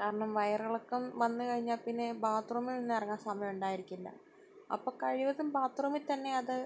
കാരണം വയറിളക്കം വന്ന് കഴിഞ്ഞാൽ പിന്നെ ബാത്റൂമിൽ നിന്ന് ഇറങ്ങാൻ സമയം ഉണ്ടായിരിക്കില്ല അപ്പം കഴിവതും ബാത്റൂമിത്തന്നെ അത്